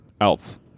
else